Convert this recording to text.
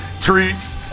treats